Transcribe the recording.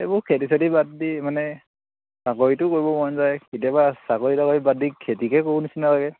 এইবোৰ খেতি চেতি বাদ দি মানে চাকৰিটো কৰিব মন যায় কেতিয়াবা চাকৰি তাকৰি বাদ দি খেতিকে কৰো নিচিনা লাগে